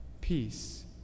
Peace